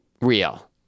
Real